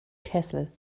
kessel